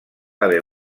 haver